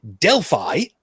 Delphi